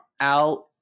out